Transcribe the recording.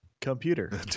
Computer